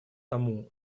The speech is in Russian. тому